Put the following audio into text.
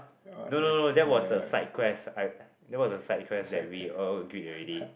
no no no that was a side quest I that was a side quest that we all agreed already